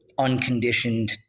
unconditioned